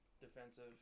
defensive